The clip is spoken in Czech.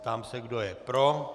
Ptám se, kdo je pro.